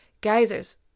Geysers